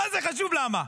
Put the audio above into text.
מה זה חשוב למה?